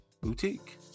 Boutique